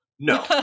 No